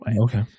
Okay